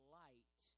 light